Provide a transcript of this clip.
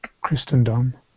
Christendom